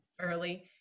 early